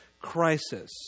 crisis